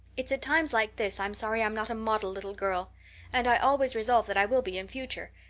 it's at times like this i'm sorry i'm not a model little girl and i always resolve that i will be in future.